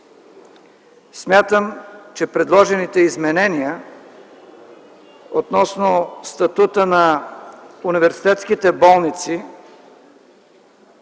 Смятам, че предложените изменения относно статута на университетските болници